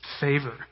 favor